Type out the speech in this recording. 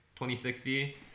2060